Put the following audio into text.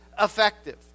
effective